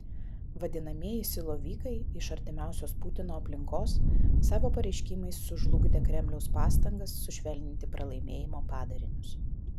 vadinamieji silovikai iš artimiausios putino aplinkos savo pareiškimais sužlugdė kremliaus pastangas sušvelninti pralaimėjimo padarinius